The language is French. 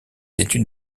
études